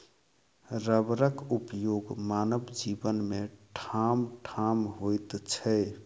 रबरक उपयोग मानव जीवन मे ठामठाम होइत छै